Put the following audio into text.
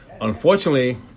Unfortunately